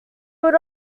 would